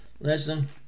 Listen